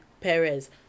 perez